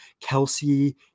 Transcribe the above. Kelsey